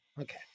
Okay